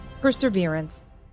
perseverance